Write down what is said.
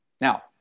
Now